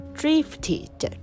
drifted